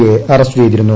A arrest ചെയ്തിരുന്നു